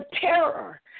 terror